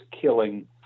killing